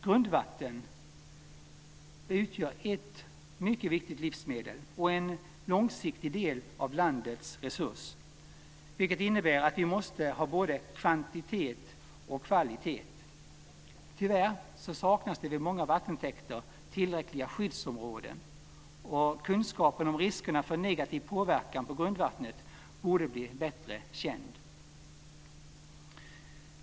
Grundvatten är ett mycket viktigt livsmedel och är en långsiktig del av landets resurser, vilket innebär att vi måste ha både kvantitet och kvalitet. Tyvärr saknas det vid många vattentäkter tillräckliga skyddsområden, och kunskapen om riskerna för negativ påverkan på grundvattnet borde bli bättre känd.